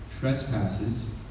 Trespasses